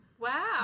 Wow